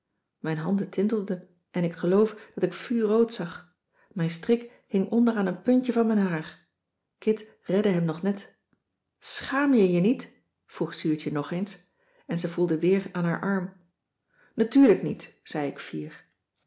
mijn handen tintelden en ik geloof dat ik vuurrood zag mijn strik hing onder aan een puntje van mijn haar kit redde hem nog net schàam jij je niet vroeg zuurtje nog eens en ze voelde weer aan haar arm natuurlijk niet zei ik fier